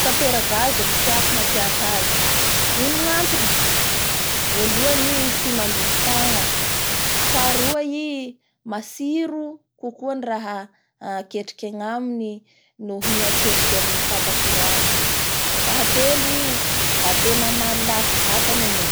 Fatapera gazy ro tiako mampiasa azy, ino gnatony?voalohany i tsy mandoto tagna, faha roa i matsiro kokoa ny raha aketriky agnaminy noho ny aketriky amin'ny fata courant faha telo i da tena maaky, vatrany an'io!